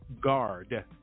guard